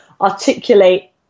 articulate